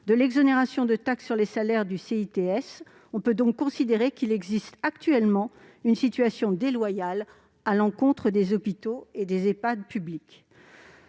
de l'exonération de la taxe sur les salaires, par le biais du CITS. On peut donc considérer qu'il existe actuellement une situation déloyale à l'encontre des hôpitaux et des Ehpad publics.